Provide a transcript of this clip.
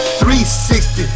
360